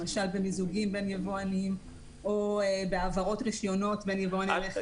למשל במיזוגים בין יבואנים או בהעברת רישיונות בין יבואני רכב.